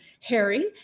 Harry